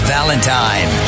Valentine